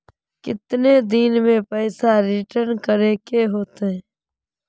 कितने दिन में पैसा रिटर्न करे के होते?